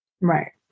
Right